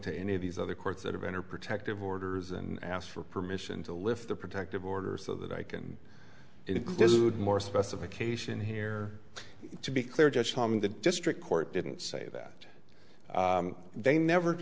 to any of these other courts that have been or protective orders and ask for permission to lift the protective order so that i can include more specification here to be clear judge tom the district court didn't say that they never